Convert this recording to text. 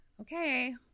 okay